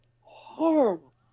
horrible